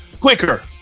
Quicker